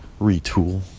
retool